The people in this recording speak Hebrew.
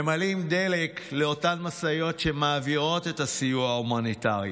ממלאים דלק לאותן משאיות שמעבירות את הסיוע ההומניטרי,